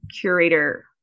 curator